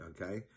okay